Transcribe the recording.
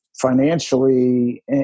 financially